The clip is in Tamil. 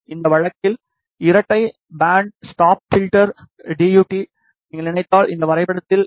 இந்த வழக்கில் இரட்டை பேண்ட் ஸ்டாப் பில்டரானா டி யு டி ஐ நீங்கள் இணைத்தால் இந்த வரைபடத்தில் எஸ்